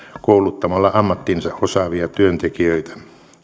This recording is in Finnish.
kouluttamalla ammattinsa osaavia työntekijöitä